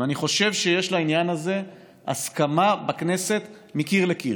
ואני חושב שיש לעניין הזה הסכמה בכנסת מקיר לקיר,